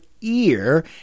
ear